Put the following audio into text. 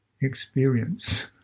experience